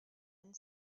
and